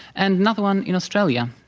and another one in australia,